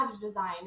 design